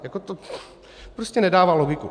Jako to prostě nedává logiku.